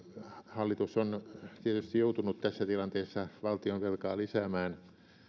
hallitus on tietysti joutunut tässä tilanteessa valtionvelkaa lisäämään